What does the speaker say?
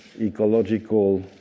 ecological